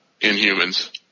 Inhumans